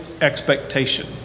expectation